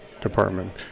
department